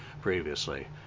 previously